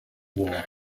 war